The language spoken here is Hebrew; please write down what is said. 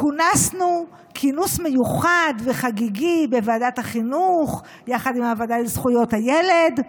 כונסנו לכינוס מיוחד וחגיגי בוועדת החינוך יחד עם הוועדה לזכויות הילד.